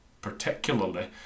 particularly